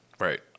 Right